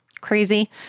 crazy